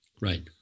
Right